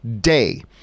day